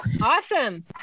awesome